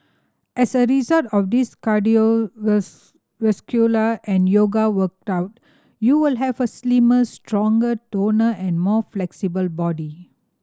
as a result of this and yoga workout you will have a slimmer stronger toner and more flexible body